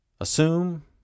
Assume